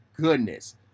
goodness